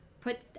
put